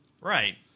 Right